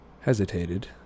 hesitated